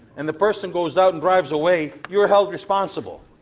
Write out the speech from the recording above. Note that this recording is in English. and the person goes out and drives away you're held responsible.